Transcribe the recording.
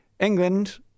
England